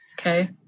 Okay